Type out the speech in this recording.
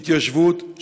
התיישבות,